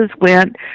went